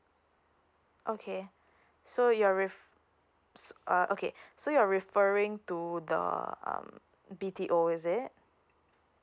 okay so you're reff~ uh okay so you're referring to the um B_T_O is it